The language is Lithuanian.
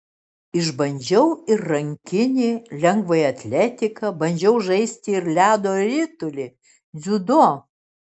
išbandžiau ir rankinį lengvąją atletiką bandžiau žaisti ir ledo ritulį dziudo